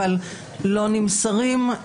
אבל לא נמסרים,